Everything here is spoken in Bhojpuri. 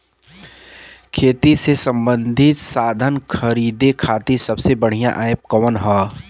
खेती से सबंधित साधन खरीदे खाती सबसे बढ़ियां एप कवन ह?